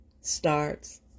starts